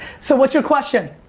so what's your question?